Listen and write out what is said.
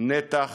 נתח